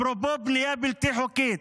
אפרופו בנייה בלתי חוקית,